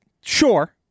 sure